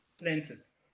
lenses